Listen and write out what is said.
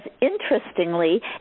interestingly